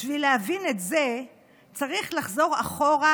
בשביל להבין את זה צריך לחזור אחורה,